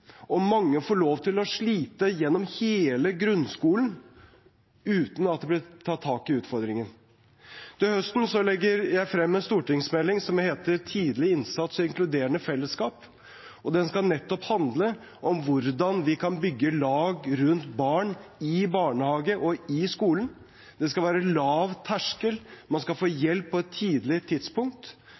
Mange får slite gjennom hele grunnskolen uten at det blir tatt tak i utfordringene. Til høsten legger jeg frem en stortingsmelding som heter Tidlig innsats og inkluderende fellesskap. Den skal handle nettopp om hvordan vi kan bygge lag rundt barn i barnehage og i skolen. Det skal være lav terskel, man skal få hjelp på et tidlig tidspunkt.